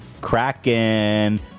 Kraken